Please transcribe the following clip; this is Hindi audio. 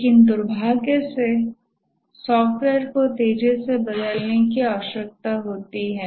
लेकिन दुर्भाग्य से सॉफ्टवेयर को तेजी से बदलने की आवश्यकता है